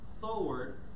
forward